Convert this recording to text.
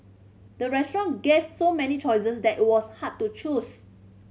the restaurant gave so many choices that it was hard to choose